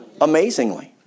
Amazingly